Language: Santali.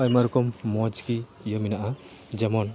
ᱟᱭᱢᱟ ᱨᱚᱠᱚᱢ ᱢᱚᱡᱽᱜᱮ ᱤᱭᱟᱹ ᱢᱮᱱᱟᱜᱼᱟ ᱡᱮᱢᱚᱱ